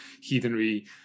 heathenry